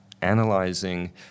analyzing